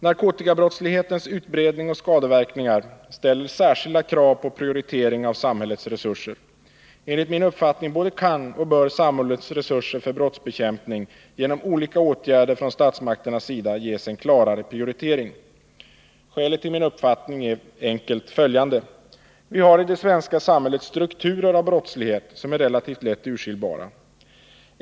Narkotikabrottslighetens utbredning och skadeverkningar ställer särskilda krav på prioritering av samhällets resurser. Enligt min uppfattning både kan och bör samhällets resurser för brottsbekämpning genom olika åtgärder från statsmakternas sida ges en klarare prioritering. Skälet till min uppfattning är följande. Vi har i det svenska samhället strukturer av brottslighet som är relativt lätt urskiljbara.